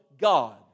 God